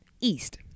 East